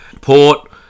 Port